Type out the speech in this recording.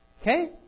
Okay